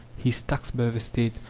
he is taxed by the state,